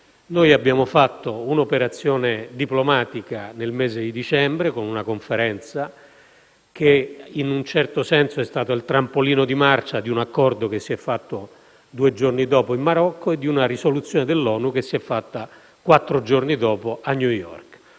Abbiamo fatto un'operazione diplomatica nel mese di dicembre, con una conferenza che in un certo senso è stata il trampolino di marcia di un accordo che si è concluso due giorni dopo in Marocco e di una risoluzione dell'ONU che è stata adottata quattro giorni dopo a New York.